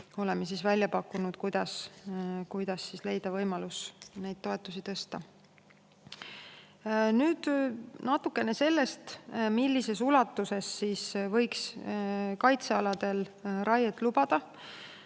Oleme siis välja pakkunud, kuidas leida võimalus neid toetusi tõsta. Nüüd natuke sellest, millises ulatuses võiks kaitsealadel raiet lubada.